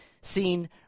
Seen